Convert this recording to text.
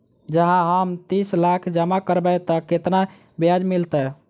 जँ हम तीस लाख जमा करबै तऽ केतना ब्याज मिलतै?